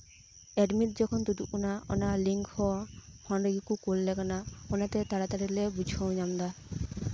admit ᱡᱚᱠᱷᱚᱱ ᱛᱩᱫᱩᱜ ᱠᱟᱱᱟ ᱚᱱᱟ ᱞᱤᱝᱠ ᱦᱚᱸ ᱯᱷᱳᱱ ᱨᱮᱜᱮ ᱠᱚ ᱠᱳᱞ ᱟᱞᱮ ᱠᱟᱱᱟ ᱚᱱᱟᱛᱮ ᱛᱟᱲᱟ ᱛᱟᱲᱤ ᱞᱮ ᱵᱩᱡᱷᱟᱹᱣ ᱧᱟᱢ ᱮᱫᱟ